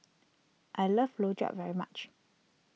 I love Rojak very much